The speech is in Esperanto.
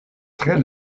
tre